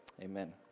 amen